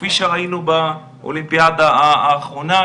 כפי שראינו באולימפיאדה האחרונה,